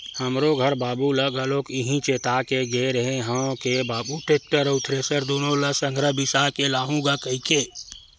हमरो घर बाबू ल घलोक इहीं चेता के गे रेहे हंव के बाबू टेक्टर अउ थेरेसर दुनो ल संघरा बिसा के लाहूँ गा कहिके